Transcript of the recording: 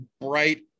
bright